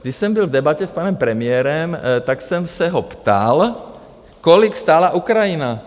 Když jsem byl v debatě s panem premiérem, tak jsem se ho ptal, kolik stála Ukrajina.